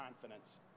confidence